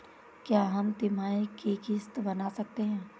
क्या हम तिमाही की किस्त बना सकते हैं?